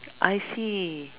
I see